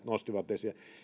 nostivat esille